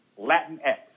Latinx